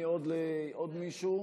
עוד מישהו?